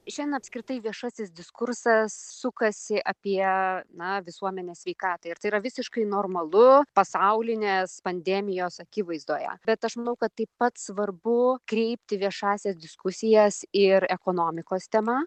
šiandien apskritai viešasis diskursas sukasi apie na visuomenės sveikatą ir tai yra visiškai normalu pasaulinės pandemijos akivaizdoje bet aš manau kad taip pat svarbu kreipti viešąsias diskusijas ir ekonomikos tema